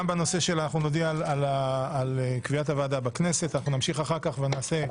נודיע על קביעת הוועדה בכנסת ואחר כך נמשיך.